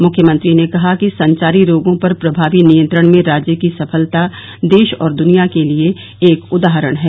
मुख्यमंत्री ने कहा कि संचारी रोगों पर प्रभावी नियंत्रण में राज्य की सफलता देश और दुनिया के लिये एक उदाहरण है